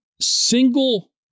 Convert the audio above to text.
single